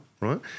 right